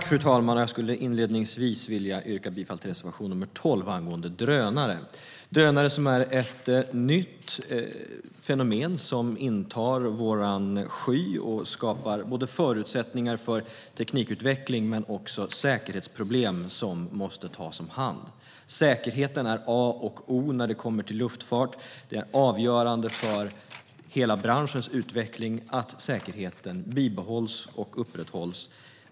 Fru talman! Jag skulle inledningsvis vilja yrka bifall till reservation nr 12 angående drönare. Drönare är ett nytt fenomen som intar vår sky och skapar både förutsättningar för teknikutveckling och säkerhetsproblem som måste tas om hand. Säkerheten är A och O när det kommer till luftfart. Det är avgörande för hela branschens utveckling att säkerheten bibehålls och upprätthålls.